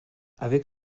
avec